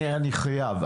אני חייב,